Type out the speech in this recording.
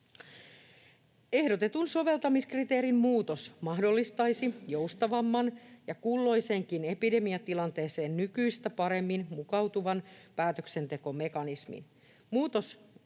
Ehdotettu soveltamiskriteerin muutos mahdollistaisi joustavamman ja kulloiseenkin epidemiatilanteeseen nykyistä paremmin mukautuvan päätöksentekomekanismin.